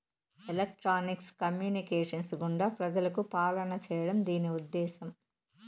electronics communications గుండా ప్రజలకు పాలన చేయడం దీని ఉద్దేశం